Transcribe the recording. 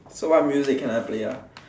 so what music can I play ah